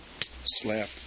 slap